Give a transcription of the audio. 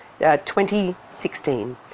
2016